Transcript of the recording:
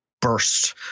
burst